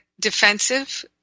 defensive